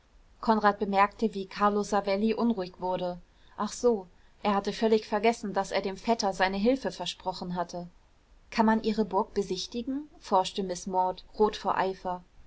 konrad bemerkte wie carlo savelli unruhig wurde ach so er hatte völlig vergessen daß er dem vetter seine hilfe versprochen hatte kann man ihre burg besichtigen forschte miß maud rot vor eifer